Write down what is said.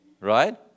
Right